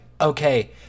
Okay